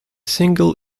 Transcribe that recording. single